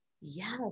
Yes